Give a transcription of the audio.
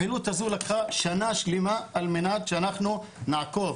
הפעילות הזו לקחה שנה שלמה על מנת שאנחנו נעקוב